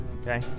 Okay